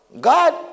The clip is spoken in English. God